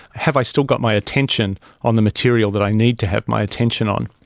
have i still got my attention on the material that i need to have my attention on?